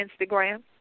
Instagram